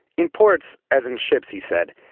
in ports as in ships, he said,